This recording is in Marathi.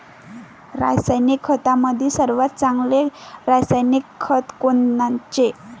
रासायनिक खतामंदी सर्वात चांगले रासायनिक खत कोनचे?